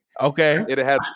Okay